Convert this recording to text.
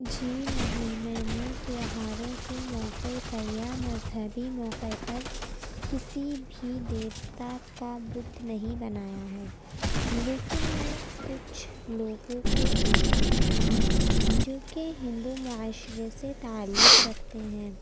جی نہیں میں نے تہواروں کے موقعے پر یا مذہبی موقعے پر کسی بھی دیوتا کا بُت نہیں بنایا ہے لیکن میں کچھ لوگوں کو دیکھتی ہوں جو کہ ہندو معاشرے سے تعلق رکھتے ہیں